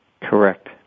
Correct